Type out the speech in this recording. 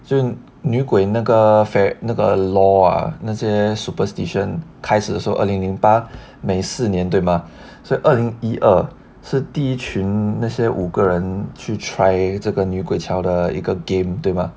就是女鬼那个 for 那个 law ah 那些 superstition 开始的时候二零零八每四年对吗所以二零一二是第一群那些五个人去 try 这个女鬼桥的一个 game 对吗